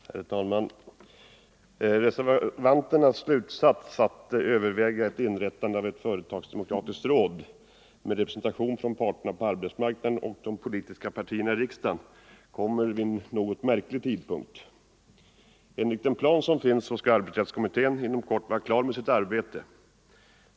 Herr talman! Reservanternas slutsats, att man bör överväga ett inrättande av ett företagsdemokratiskt råd med representation från parterna på arbetsmarknaden och de politiska partierna i riksdagen, kommer vid en något märklig tidpunkt. Enligt den plan som finns skall arbetsrättskommittén inom kort vara klar med sitt arbete.